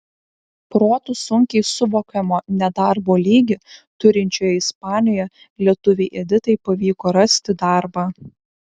protu sunkiai suvokiamo nedarbo lygį turinčioje ispanijoje lietuvei editai pavyko rasti darbą